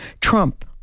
Trump